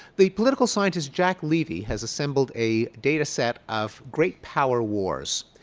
the political scientist jack levy has assembled a data set of great power wars.